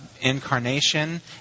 incarnation